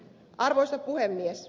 arvoisa puhemies